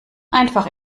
einfach